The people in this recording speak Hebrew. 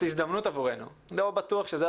לא בטוח שזה הדבר הנכון היה לעשות,